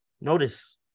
Notice